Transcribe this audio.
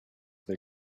they